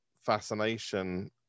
fascination